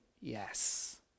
yes